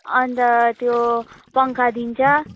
अन्त त्यो पङ्खा दिन्छ